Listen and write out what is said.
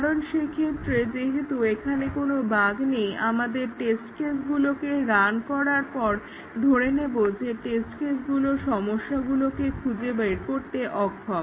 কারণ সেক্ষেত্রে যেহেতু এখানে কোনো বাগ্ নেই আমরা টেস্ট কেসগুলোকে রান করার পর ধরে নেব যে টেস্ট কেসগুলো সমস্যাগুলোকে খুঁজে বের করতে অক্ষম